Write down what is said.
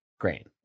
Grain